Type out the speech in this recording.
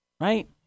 right